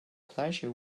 pleasure